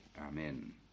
Amen